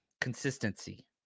consistency